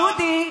את נורבגית.